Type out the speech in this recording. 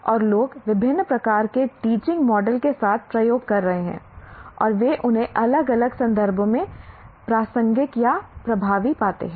और लोग विभिन्न प्रकार के टीचिंग मॉडल के साथ प्रयोग कर रहे हैं और वे उन्हें अलग अलग संदर्भों में प्रासंगिक या प्रभावी पाते हैं